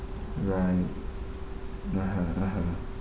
right (uh huh) (uh huh)